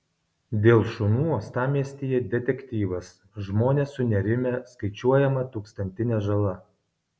dėl šunų uostamiestyje detektyvas žmonės sunerimę skaičiuojama tūkstantinė žala